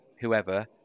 whoever